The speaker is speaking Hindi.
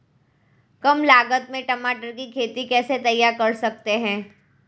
कम लागत में टमाटर की खेती कैसे तैयार कर सकते हैं?